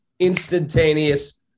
instantaneous